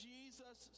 Jesus